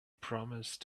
promised